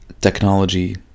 technology